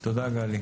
תודה, גלי.